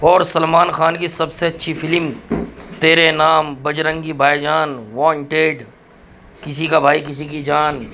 اور سلمان خان کی سب سے اچھی film Tere Naam Bajrangi Bhaijaan Wanted Kisi Ka Bhai Kisi Ki جان